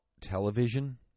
television